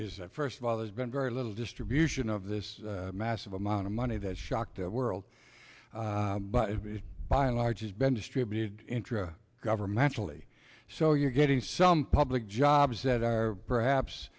is that first of all there's been very little distribution of this massive amount of money that shocked the world but by and large has been distributed intra governmentally so you're getting some public jobs that are perhaps